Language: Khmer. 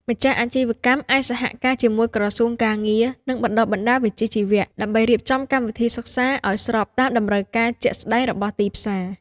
ម្ចាស់អាជីវកម្មអាចសហការជាមួយក្រសួងការងារ និងបណ្ដុះបណ្ដាលវិជ្ជាជីវៈដើម្បីរៀបចំកម្មវិធីសិក្សាឱ្យស្របតាមតម្រូវការជាក់ស្តែងរបស់ទីផ្សារ។